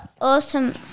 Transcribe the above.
awesome